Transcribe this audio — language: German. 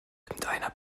irgendeiner